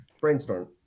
brainstorm